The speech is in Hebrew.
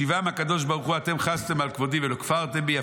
השיבם הקדוש ברוך הוא: אתם חסתם על כבודי ולא כפרתם בי,